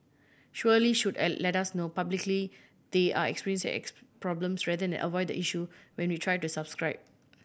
surely should let us know publicly they're experience problems rather than avoid the issue when we try to subscribe